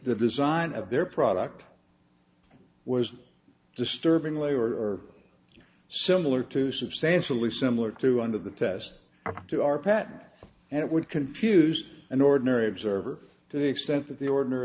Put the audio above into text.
the design of their product it was disturbingly or similar to substantially similar to under the test to our patent and it would confuse an ordinary observer to the extent that the ordinary